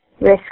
risk